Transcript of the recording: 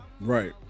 right